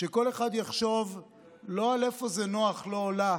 שכל אחד יחשוב לא על איפה זה נוח לו או לא,